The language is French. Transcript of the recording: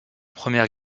première